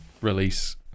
release